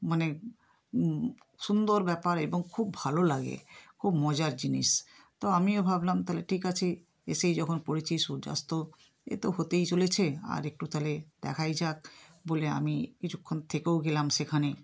মানে সুন্দর ব্যাপার এবং খুব ভালো লাগে খুব মজার জিনিস তো আমিও ভাবলাম তাহলে ঠিক আছে এসেই যখন পড়েছি সূর্যাস্ত এ তো হতেই চলেছে আর একটু তাহলে দেখাই যাক বলে আমি কিছুক্ষণ থেকেও গেলাম সেখানে